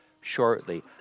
shortly